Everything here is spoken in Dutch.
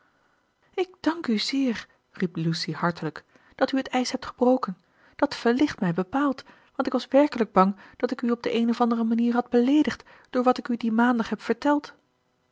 ik dank u zeer riep lucy hartelijk dat u het ijs hebt gebroken dat verlicht mij bepaald want ik was werkelijk bang dat ik u op de eene of andere manier had beleedigd door wat ik u dien maandag heb verteld